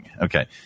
Okay